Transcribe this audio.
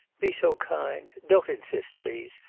be so kind. don't insist, please,